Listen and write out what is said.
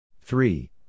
three